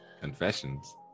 Confessions